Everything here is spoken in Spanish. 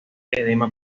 edema